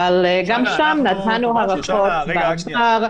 אבל גם שם נתנו הארכות בעבר,